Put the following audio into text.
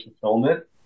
fulfillment